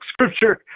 scripture